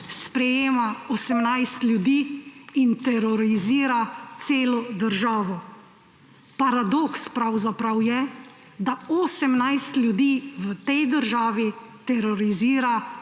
sprejema 18 ljudi in terorizira celo državo. Paradoks pravzaprav je, da 18 ljudi v tej državi terorizira